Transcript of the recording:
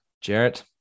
Jarrett